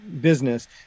business